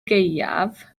gaeaf